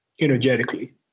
energetically